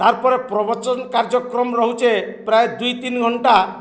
ତାର୍ ପରେ ପ୍ରବଚନ କାର୍ଯ୍ୟକ୍ରମ ରହୁଛେ ପ୍ରାୟ ଦୁଇ ତିନି ଘଣ୍ଟା